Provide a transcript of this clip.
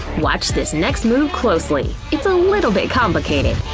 watch this next move closely it's a little bit complicated.